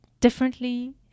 differently